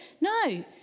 No